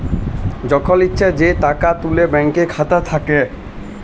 যখল ইছা যে টাকা তুলে ব্যাংকের খাতা থ্যাইকে